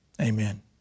amen